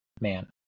man